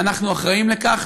ואנחנו אחראים לכך.